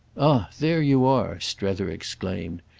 ah there you are! strether exclaimed.